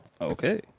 Okay